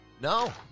No